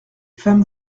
femme